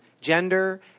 gender